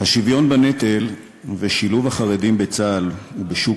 השוויון בנטל ושילוב החרדים בצה"ל ובשוק